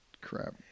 crap